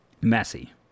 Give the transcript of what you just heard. messy